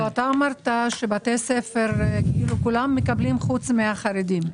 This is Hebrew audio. אמרת שבתי ספר כולם מקבלים חוץ מהחרדים.